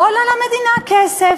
לא עולה למדינה כסף.